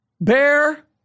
bear